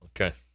Okay